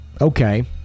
okay